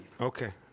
Okay